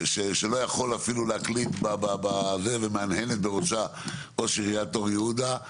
שלא יכול אפילו להקליט בזה ומהנהנת בראשה ראש עיריית אור יהודה,